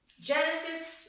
Genesis